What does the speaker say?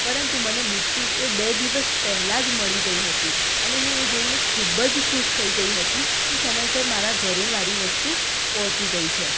પરંતુ મને બુટ્ટી એ બે દિવસ પહેલાં જ મળી ગઈ હતી અને હું એ જોઈને ખૂબ જ ખુશ થઈ ગઈ હતી કે સમયસર મારાં ઘરે મારી વસ્તુ પહોંચી ગઈ છે